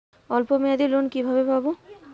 অল্প মেয়াদি লোন কিভাবে পাব?